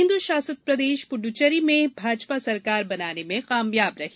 केन्द्रशासित प्रदेश पुडुचेरी में भाजपा सरकार बनाने में कामयाब रही